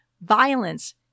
violence